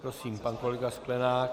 Prosím, pan kolega Sklenák.